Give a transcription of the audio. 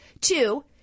Two-